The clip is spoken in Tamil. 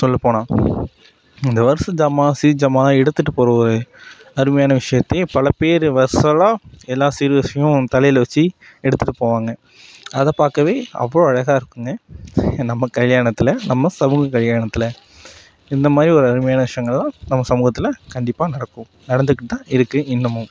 சொல்லப் போனால் இந்த வரிச ஜாமான் சீர் ஜாமான்லாம் எடுத்துட்டு போகிற அருமையான விஷயத்தயும் பல பேர் வரிசல்லா எல்லாம் சீர் வரிசையும் தலையில் வைச்சு எடுத்துட்டு போவாங்க அதைப் பார்க்கவே அவ்வளோ அழகாயிருக்குங்க நம்ம கல்யாணத்தில் நம்ம சமூக கல்யாணத்தில் இந்த மாதிரி ஒரு அருமையான விஷயங்கள்லா தான் சமூகத்தில் கண்டிப்பாக நடக்கும் நடந்துட்டு தான் இருக்கு இன்னுமும்